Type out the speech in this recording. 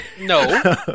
No